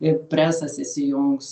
ir presas įsijungs